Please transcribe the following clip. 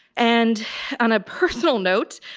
and on a personal note,